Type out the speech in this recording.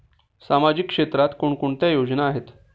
सामाजिक क्षेत्रात कोणकोणत्या योजना आहेत?